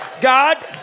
god